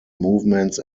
movements